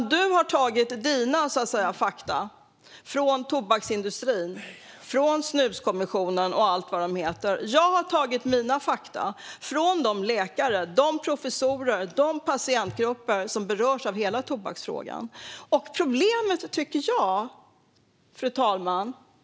Du har tagit dina fakta, Johan Hultberg, från tobaksindustrin och Snuskommissionen och allt vad det heter. Jag har tagit mina fakta från de läkare, de professorer och de patientgrupper som berörs av hela tobaksfrågan. Fru talman!